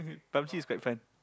PUB-G is quite fun